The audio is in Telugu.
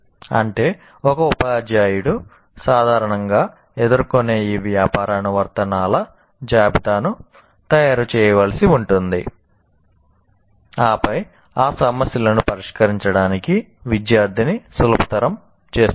అంటే ఒక ఉపాధ్యాయుడు సాధారణంగా ఎదుర్కొనే ఈ వ్యాపార అనువర్తనాల జాబితాను తయారు చేయవలసి ఉంటుంది ఆపై ఆ సమస్యలను పరిష్కరించడానికి విద్యార్థిని సులభతరం చేస్తుంది